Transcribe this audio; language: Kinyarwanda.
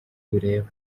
bireba